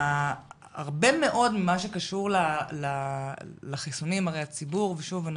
הרבה מאוד ממה שקשור לציבור ושוב,